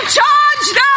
charged